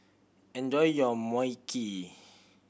enjoy your Mui Kee